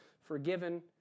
forgiven